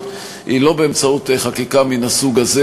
היא לא באמצעות חקיקה מן הסוג הזה.